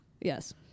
Yes